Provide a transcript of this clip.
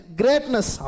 greatness